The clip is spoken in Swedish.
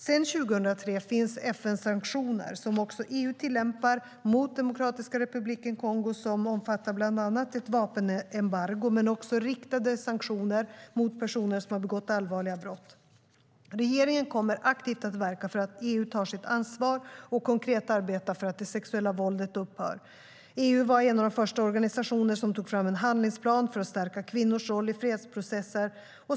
Sedan 2003 finns FN-sanktioner, som även EU tillämpar, mot Demokratiska republiken Kongo som omfattar bland annat ett vapenembargo, men även riktade sanktioner mot personer som har begått allvarliga brott. Regeringen kommer aktivt verka för att EU tar sitt ansvar och konkret arbetar för att det sexuella våldet upphör. EU var en av de första organisationer som tog fram en handlingsplan för att stärka kvinnors roll i fredsprocesser.